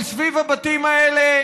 אבל סביב הבתים האלה